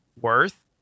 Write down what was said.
worth